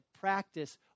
practice